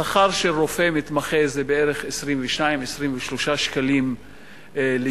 השכר של רופא מתמחה הוא בערך 22 23 שקלים לשעה,